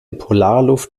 polarluft